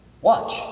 Watch